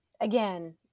again